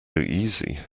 easy